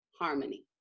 harmony